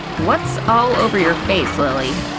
what's all over your face. lily?